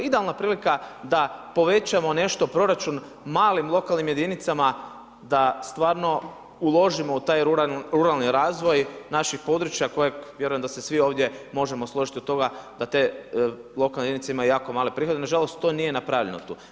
Idealna prilika da povećamo nešto proračun malim lokalnim jedinicama da stvarno uložimo u taj ruralni razvoj našeg područja kojeg vjerujem da se svi ovdje možemo složiti oko toga da te lokalne jedinice imaju jako male prihode, nažalost to nije napravljeno tu.